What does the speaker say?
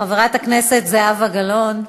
חברת הכנסת זהבה גלאון,